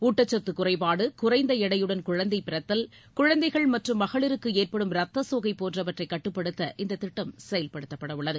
ஊட்டச்சத்து குறைபாடு குறைந்த எடையுடன் குழந்தை பிறத்தல் குழந்தைகள் மற்றும் மகளிருக்கு ஏற்படும் ரத்த சோகை போன்றவற்றை கட்டுப்படுத்த இந்த திட்டம் செயல்படுத்தப்படவுள்ளது